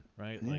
right